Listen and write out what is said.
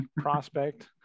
prospect